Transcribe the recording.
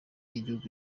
igihugu